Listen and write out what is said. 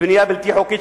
בנייה בלתי חוקית,